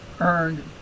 earned